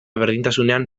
berdintasunean